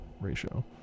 ratio